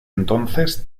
entonces